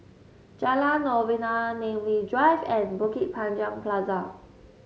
Jalan Novena Namly Drive and Bukit Panjang Plaza